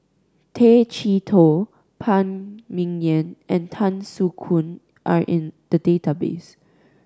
Tay Chee Toh Phan Ming Yen and Tan Soo Khoon are in the database